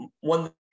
one